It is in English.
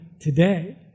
today